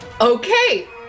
Okay